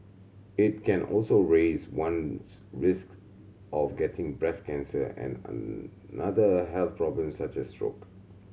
it can also raise one's risk of getting breast cancer and another health problems such as stroke